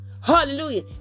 Hallelujah